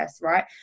Right